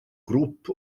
grŵp